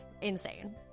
Insane